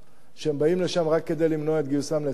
שהם באים לשם רק כדי למנוע את גיוסם לצה"ל,